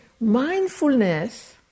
mindfulness